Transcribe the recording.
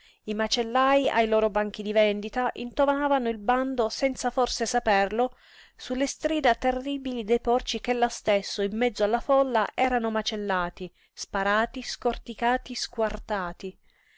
i macellai ai loro banchi di vendita intonavano il bando senza forse saperlo su le strida terribili dei porci che là stesso in mezzo alla folla erano macellati sparati scorticati squartati